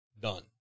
Done